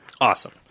Awesome